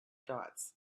dots